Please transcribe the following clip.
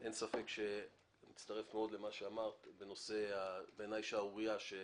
אין ספק שאני מצטרף מאוד למה שאמרה חברת הכנסת יעל כהן-פארן,